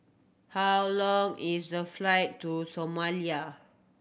how long is the flight to Somalia